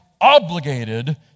obligated